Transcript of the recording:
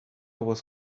was